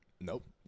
Nope